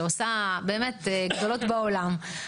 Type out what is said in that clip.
שעושה באמת גדולות בעולם,